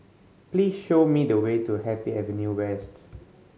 please show me the way to Happy Avenue West